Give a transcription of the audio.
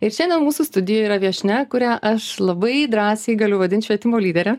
ir šiandien mūsų studijoj yra viešnia kurią aš labai drąsiai galiu vadint švietimo lydere